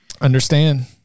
Understand